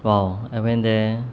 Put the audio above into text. !wow! I went there